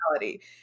reality